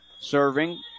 Serving